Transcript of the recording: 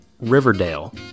Riverdale